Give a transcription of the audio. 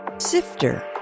Sifter